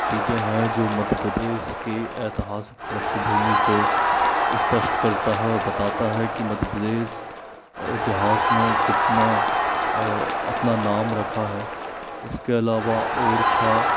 चीज़ें हैं जो मध्य प्रदेश की ऐतहासिक पृष्ठभूमि को स्पष्ट करता है और बताता है कि मध्य प्रदेश इतिहास में कितना अपना नाम रखा है इसके अलावा ओरछा